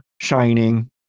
shining